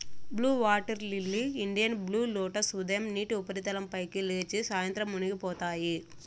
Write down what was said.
blue water lily, Indian blue lotus ఉదయం నీటి ఉపరితలం పైకి లేచి, సాయంత్రం మునిగిపోతాయి